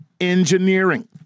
engineering